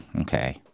okay